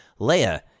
Leia